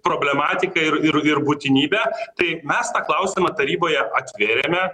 problematiką ir ir ir būtinybę tai mes tą klausimą taryboje atvėrėme